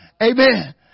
Amen